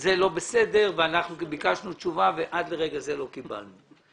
שזה לא בסדר ואנחנו ביקשנו תשובה אבל עד לרגע זה לא קיבלנו אותה.